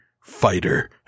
fighter